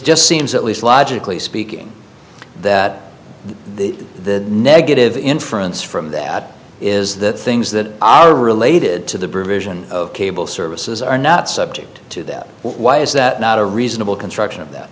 just seems at least logically speaking that the negative inference from that is that things that are related to the british and of cable services are not subject to that why is that not a reasonable construction of that